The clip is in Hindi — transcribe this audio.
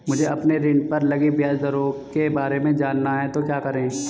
मुझे अपने ऋण पर लगी ब्याज दरों के बारे में जानना है तो क्या करें?